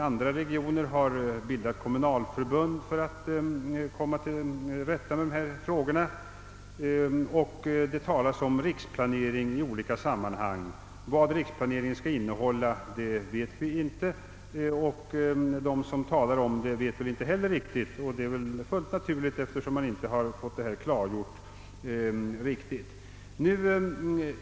Andra regioner har bildat kommunalförbund för att komma till rätta med dessa frågor, och det talas om riksplanering i olika sammanhang. Vad en riksplanering skall innehålla vet vi inte, och de som talar om det vet väl inte heller riktigt — vilket är fullt naturligt eftersom man inte fått utgångspunkter och mål utredda.